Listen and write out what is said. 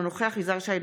אינו נוכח יזהר שי,